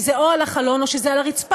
כי זה או על החלון או שזה על הרצפה,